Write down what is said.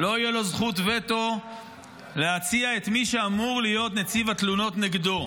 לא תהיה זכות וטו להציע את מי שאמור להיות נציב התלונות נגדו,